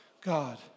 God